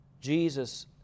Jesus